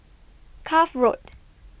Cuff Road